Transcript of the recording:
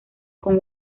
con